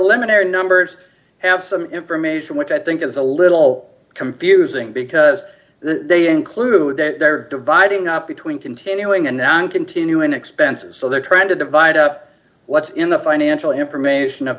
preliminary numbers have some information which i think is a little confusing because they include that they're dividing up between continuing and now and continuing expenses so they're trying to divide up what's in the financial information of